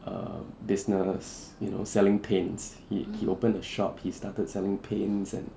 err business you know selling paints he he opened a shop he started selling paints and